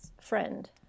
friend